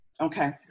Okay